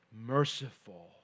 merciful